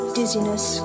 dizziness